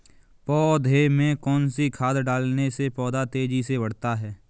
पौधे में कौन सी खाद डालने से पौधा तेजी से बढ़ता है?